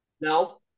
No